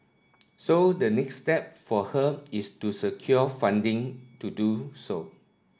so the next step for her is to secure funding to do so